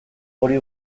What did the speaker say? hori